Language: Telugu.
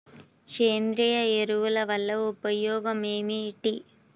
సేంద్రీయ ఎరువుల వల్ల ఉపయోగమేమిటీ?